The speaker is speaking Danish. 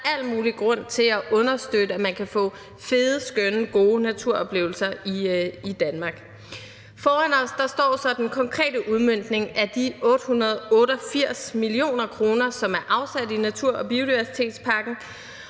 Så der er al mulig grund til at understøtte, at man kan få fede, skønne, gode naturoplevelser i Danmark. Foran os står så den konkrete udmøntning af de 888 mio. kr., som er afsat i natur- og biodiversitetspakken,